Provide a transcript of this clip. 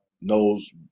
knows